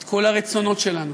את כל הרצונות שלנו,